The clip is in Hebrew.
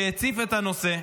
שהציף את הנושא,